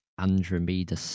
Andromeda